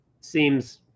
seems